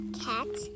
cat